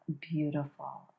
beautiful